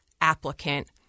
applicant